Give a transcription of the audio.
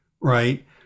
right